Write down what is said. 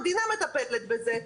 המדינה מטפלת בזה.